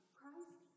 Christ